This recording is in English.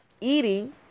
eating